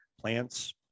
Plants